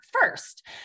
first